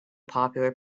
popular